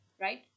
right